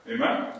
Amen